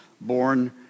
born